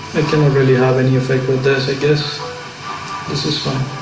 really have any effect with this i guess this is fun